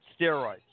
steroids